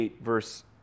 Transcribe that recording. verse